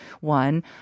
one